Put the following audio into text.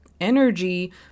energy